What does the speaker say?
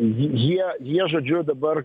jie jie žodžiu dabar